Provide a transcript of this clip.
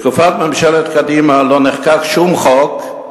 בתקופת ממשלת קדימה לא נחקק שום חוק,